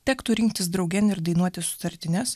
tektų rinktis draugėn ir dainuoti sutartines